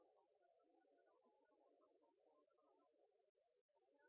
å klare å